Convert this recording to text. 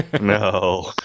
no